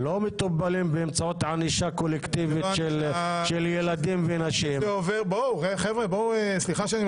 אני לא יכול להתעלם ממה שקרה בנגב וב"שומר חומות" שחלק גדול